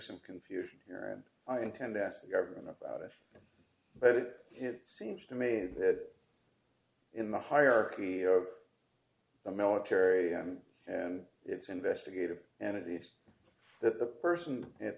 some confusion here and i intend to ask the government about it but it seems to me that in the hierarchy of the military i'm and it's investigative and it is that the person at